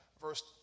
verse